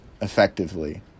effectively